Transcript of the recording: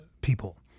people